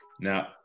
Now